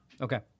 Okay